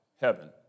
heaven